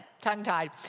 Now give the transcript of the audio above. tongue-tied